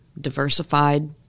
diversified